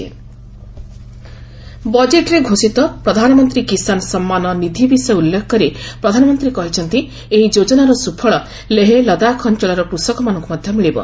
ଆଡ଼ୁ ପିଏମ୍ କେକେ ବଜେଟ୍ରେ ଘୋଷିତ ପ୍ରଧାନମନ୍ତ୍ରୀ କିଷାନ ସମ୍ମାନ ନିଧି ବିଷୟ ଉଲ୍ଲେଖ କରି ପ୍ରଧାନମନ୍ତ୍ରୀ କହିଛନ୍ତି ଏହି ଯୋକନାର ସୁଫଳ ଲେହ ଲଦାଖ୍ ଅଞ୍ଚଳର କୃଷକମାନଙ୍କୁ ମଧ୍ୟ ମିଳିବ